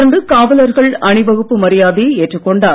தொடர்ந்து காவலர்கள் அணிவகுப்பு மரியாதையை ஏற்றுக் கொண்டார்